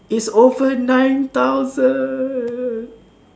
its over nine thousand